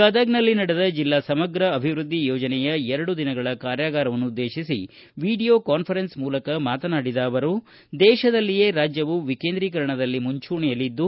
ಗದಗನಲ್ಲಿ ನಡೆದ ಜಿಲ್ಲಾ ಸಮಗ್ರ ಅಭಿವೃದ್ದಿ ಯೋಜನೆಯ ಎರಡು ದಿನಗಳ ಕಾರ್ಯಾಗಾರವನ್ನುದ್ದೇಶಿಸಿ ವಿಡಿಯೋ ಕಾನ್ಫರೆನ್ಸ್ ಮೂಲಕ ಮಾತನಾಡಿದ ಅವರು ದೇಶದಲ್ಲಿಯೇ ರಾಜ್ಯವು ವಿಕೇಂದ್ರಿಕರಣದಲ್ಲಿ ಮುಂಚೂಣಿಯಲ್ಲಿದ್ದು